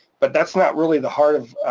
but that's not really the heart of